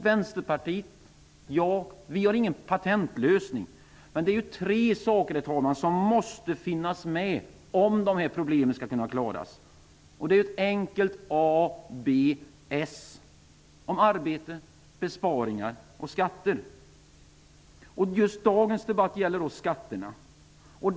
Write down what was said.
Vänsterpartiet och jag har ingen patentlösning. Herr talman! Men det är tre saker som måste finnas med om problemen skall kunna lösas. Det är helt enkelt A, B och S -- arbete, besparingar och skatter. Just dagens debatt gäller skatterna.